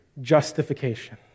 justification